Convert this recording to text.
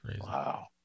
Wow